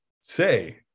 say